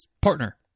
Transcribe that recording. partner